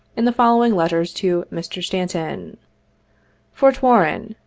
in the following letters to mr. stanton fort warren,